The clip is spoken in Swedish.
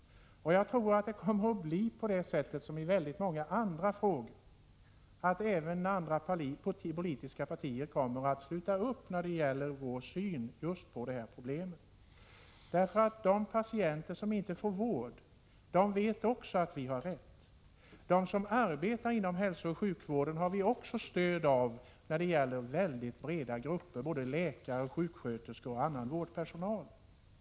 Jag tror att det kommer att bli som i väldigt många andra frågor, att även andra politiska partier kommer att sluta upp kring vår syn på det här problemet. De patienter som inte får vård vet också att vi har rätt. Bland dem som arbetar inom hälsooch sjukvården har vi stöd av mycket breda grupper läkare, sjuksköterskor och annan vårdpersonal.